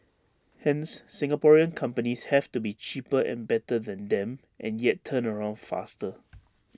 hence Singaporean companies have to be cheaper and better than them and yet turnaround faster